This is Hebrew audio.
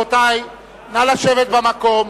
רבותי, נא לשבת במקום.